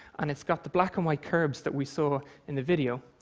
and it's got the black-and-white curbs that we saw in the video,